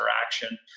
interaction